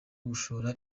gushora